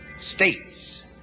States